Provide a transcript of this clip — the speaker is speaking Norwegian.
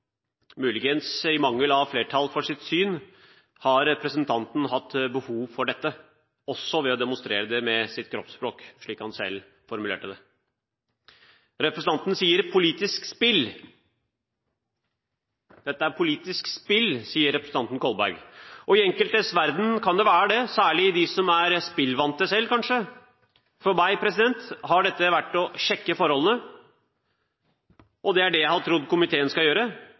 Muligens i mangel på flertall for sitt syn har representanten hatt behov for dette, også for å demonstrere det med sitt kroppsspråk, som han selv formulerte det. Representanten Kolberg sier at dette er politisk spill. I enkeltes verden kan det være det – kanskje særlig for dem som selv er vant til spill. For meg har dette gjeldt å sjekke forholdene. Det er det jeg har trodd komiteen skal gjøre